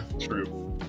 True